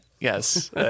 Yes